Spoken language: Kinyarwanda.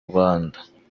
rwanda